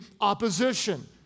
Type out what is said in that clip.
opposition